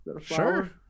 sure